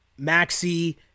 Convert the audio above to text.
Maxi